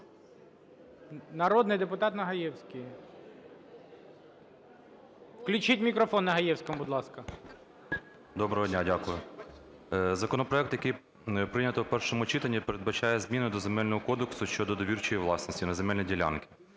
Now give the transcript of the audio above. Народний депутат Нагаєвський. Включіть мікрофон Нагаєвському, будь ласка. 16:59:11 НАГАЄВСЬКИЙ А.С. Доброго дня! Дякую. Законопроект, який прийнято в першому читанні, передбачає зміни до Земельного кодексу щодо довірчої власності на земельні ділянки.